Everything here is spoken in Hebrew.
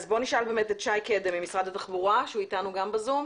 בוא נשאל את שי קדם ממשרד התחבורה שנמצא אתנו ב-זום.